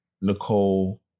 Nicole